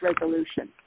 resolution